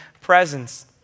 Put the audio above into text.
presence